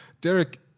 Derek